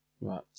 Right